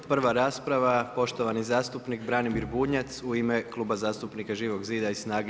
Prva rasprava poštovani zastupnik Branimir Bunjac u ime Kluba zastupnika Živog zida i SNAGA-e.